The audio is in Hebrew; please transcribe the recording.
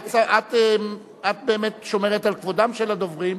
את באמת שומרת על כבודם של הדוברים,